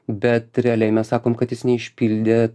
bet realiai mes sakom kad jis neišpildė